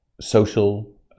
social